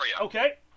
Okay